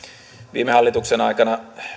viime hallituksen aikana